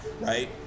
right